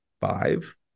five